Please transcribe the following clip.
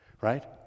Right